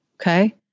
Okay